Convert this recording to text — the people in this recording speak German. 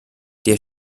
der